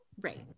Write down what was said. right